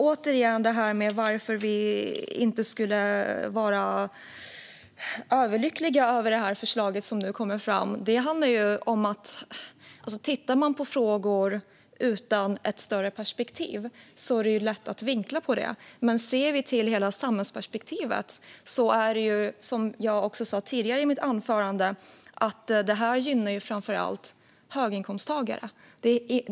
Återigen: Det finns en anledning till att vi inte är överlyckliga över det förslag som nu kommer fram. Om man tittar på frågor utan att ha ett större perspektiv är det lätt att vinkla dem. Men sett till hela samhällsperspektivet gynnar detta förslag, som jag sa tidigare i mitt anförande, framför allt höginkomsttagare.